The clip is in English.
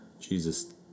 Jesus